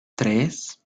tres